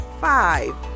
five